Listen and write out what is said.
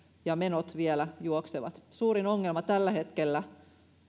ja menot vielä juoksevat suurin ongelma tällä hetkellä